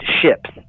ships